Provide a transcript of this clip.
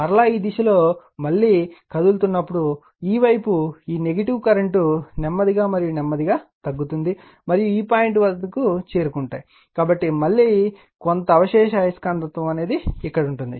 మరలా ఈ దిశలో మళ్ళీ కదులుతున్నప్పుడు ఈ వైపు ఈ నెగటివ్ కరెంట్ నెమ్మదిగా మరియు నెమ్మదిగా తగ్గుతుంది మరియు ఈ పాయింట్ వద్ద కు చేరుకుంటాయి కాబట్టి మళ్ళీ కొంత అవశేష అయస్కాంతత్వం ఇక్కడ ఉంటుంది